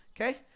Okay